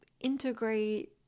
integrate